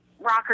rocker